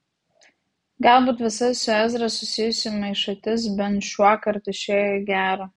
galbūt visa su ezra susijusi maišatis bent šiuokart išėjo į gera